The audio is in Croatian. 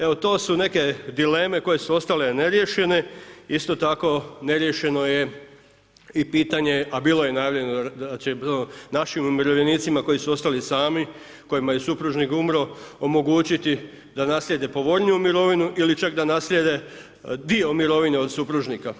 Evo to su neke dileme koje su ostale neriješene, isto tako neriješeno je i pitanje a bilo je najavljeno da će, našim umirovljenicima koji su ostali sami kojima je supružnik umro omogućiti da naslijede povoljniju mirovinu ili čak da naslijede dio mirovine od supružnika.